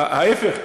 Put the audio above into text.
וההפך,